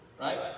Right